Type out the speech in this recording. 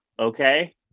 okay